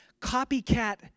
copycat